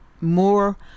more